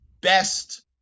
best